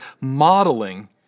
modeling